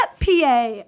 PA